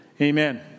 Amen